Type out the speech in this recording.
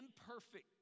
imperfect